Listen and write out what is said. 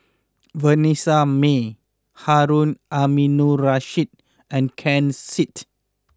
Vanessa Mae Harun Aminurrashid and Ken Seet